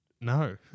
no